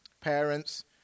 parents